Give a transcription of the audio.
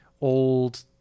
old